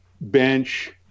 bench